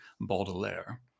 Baudelaire